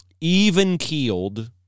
even-keeled –